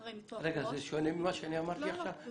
זה שונה ממה שאני אמרתי עכשיו?